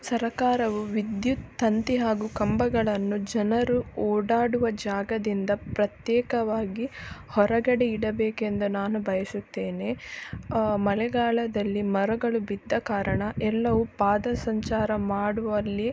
ಸರಕಾರವು ವಿದ್ಯುತ್ ತಂತಿ ಹಾಗೂ ಕಂಬಗಳನ್ನು ಜನರು ಓಡಾಡುವ ಜಾಗದಿಂದ ಪ್ರತ್ಯೇಕವಾಗಿ ಹೊರಗಡೆ ಇಡಬೇಕೆಂದು ನಾನು ಬಯಸುತ್ತೇನೆ ಮಳೆಗಾಳದಲ್ಲಿ ಮರಗಳು ಬಿದ್ದ ಕಾರಣ ಎಲ್ಲವು ಪಾದ ಸಂಚಾರ ಮಾಡುವಲ್ಲಿ